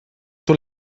door